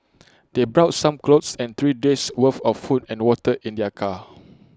they brought some clothes and three days' worth of food and water in their car